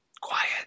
Quiet